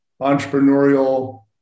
entrepreneurial